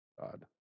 god